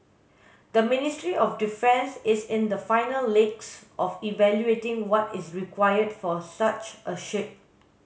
the Ministry of Defence is in the final legs of evaluating what is required for such a ship